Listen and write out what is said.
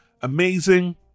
amazing